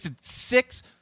Six